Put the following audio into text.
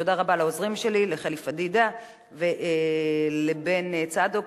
ותודה רבה לעוזרים שלי: לחלי פדידה ולבן צדוק,